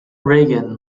reagan